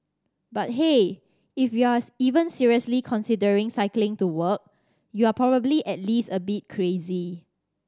but hey if you're even seriously considering cycling to work you're probably at least a bit crazy